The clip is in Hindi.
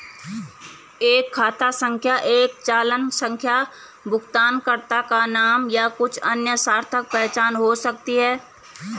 एक खाता संख्या एक चालान संख्या भुगतानकर्ता का नाम या कुछ अन्य सार्थक पहचान हो सकता है